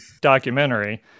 documentary